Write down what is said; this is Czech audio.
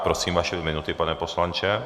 Prosím, vaše dvě minuty, pane poslanče.